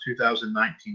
2019